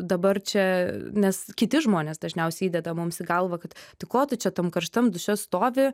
dabar čia nes kiti žmonės dažniausiai įdeda mums į galvą kad tai ko tu čia tam karštam duše stovi